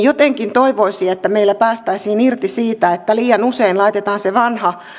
jotenkin toivoisi että meillä päästäisiin irti siitä että liian usein laitetaan se vanha